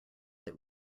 that